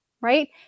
right